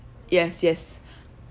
yes yes